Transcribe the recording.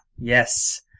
Yes